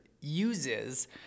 uses